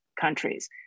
countries